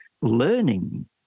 learning